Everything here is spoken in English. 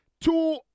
two